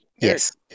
Yes